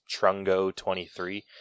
Trungo23